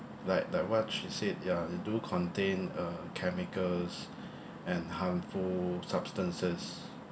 like like what she said ya it do contain uh chemicals and harmful substances